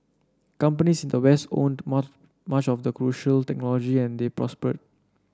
companies in the west owned much of the crucial technology and they prospered